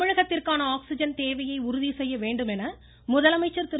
தமிழகத்திற்கான ஆக்சிஜன் தேவையை உறுதி செய்ய வேண்டும் என முதலமைச்சர் திரு